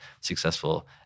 successful